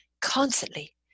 constantly